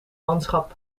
landschap